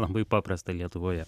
labai paprasta lietuvoje